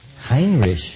Heinrich